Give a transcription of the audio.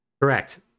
Correct